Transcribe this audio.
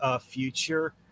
future